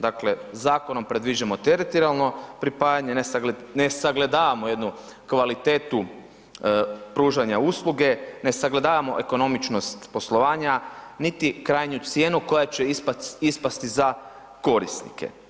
Dakle, zakonom predviđamo teritorijalno pripajanje, ne sagledavamo jednu kvalitetu pružanja usluge, ne sagledavamo ekonomičnost poslovanja niti krajnju cijenu koja će ispasti za korisnike.